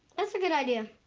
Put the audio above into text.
that's a good idea.